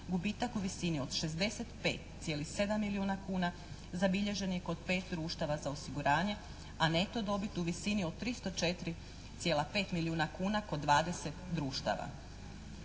Gubitak u visini od 66,7 milijuna kuna zabilježen je kod pet društava za osiguranje a neto dobit u visini od 304,5 milijuna kuna kod 20 društava.